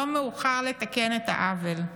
לא מאוחר לתקן את העוול.